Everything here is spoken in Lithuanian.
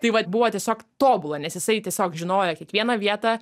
tai vat buvo tiesiog tobula nes jisai tiesiog žinojo kiekvieną vietą